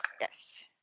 Yes